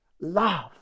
love